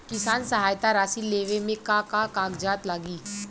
किसान सहायता राशि लेवे में का का कागजात लागी?